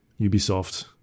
Ubisoft